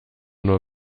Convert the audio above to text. nur